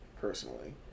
personally